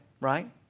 right